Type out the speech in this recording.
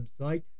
website